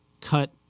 cut